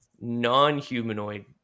non-humanoid